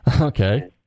Okay